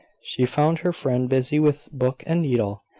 she found her friend busy with book and needle,